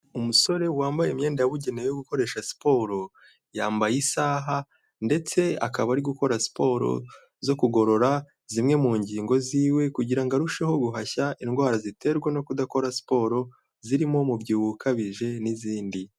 Umusore wambaye imyenda yabugenewe gukoresha siporo, yambaye isaha ndetse akaba ari gukora siporo zo kugorora zimwe mu ngingo ziwe kugira ngo arusheho guhashya indwara ziterwa no kudakora siporo zirimo umubyibuho ukabije n'izindi.